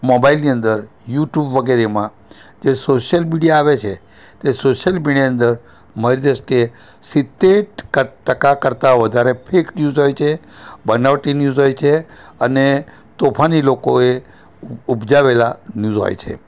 મોબાઇલની અંદર યુટુબ વગેરેમાં જે સોશિયલ મીડિયા આવે છે તે સોશિયલ મીડિયાની અંદર મારી દૃષ્ટિએ સિત્તેર ટકા કરતા વધારે ફેક ન્યૂઝ હોય છે બનાવટી ન્યૂઝ હોય છે અને તોફાની લોકોએ ઉપજાવેલાં ન્યૂઝ હોય છે